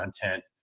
content